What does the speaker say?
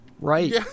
Right